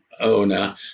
owner